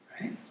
Right